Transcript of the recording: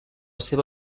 seva